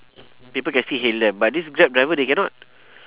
people can still hail them but this grab driver they cannot